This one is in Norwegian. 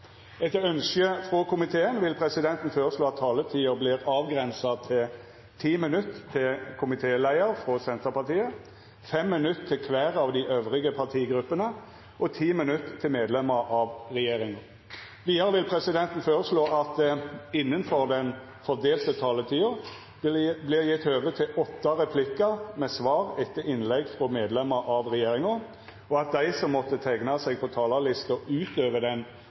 Etter ønske frå komiteen vil presidenten føreslå at taletida vert avgrensa til 10 minutt til komitéleiaren frå Senterpartiet, 5 minutt til kvar av dei andre partigruppene og 10 minutt til medlemer av regjeringa. Vidare vil presidenten føreslå at det – innanfor den fordelte taletida – vert gjeve høve til åtte replikkar med svar etter innlegg frå medlemer av regjeringa, og at dei som måtte teikna seg på talarlista utover den